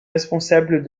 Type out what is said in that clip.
responsables